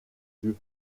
dieu